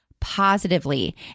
positively